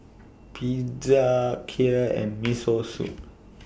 Pizza Kheer and Miso Soup